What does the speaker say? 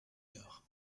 quart